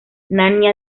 renania